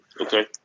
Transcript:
Okay